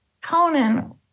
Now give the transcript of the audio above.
Conan